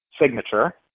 signature